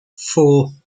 four